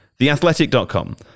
Theathletic.com